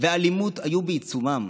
והאלימות היו בעיצומן.